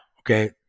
okay